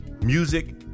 music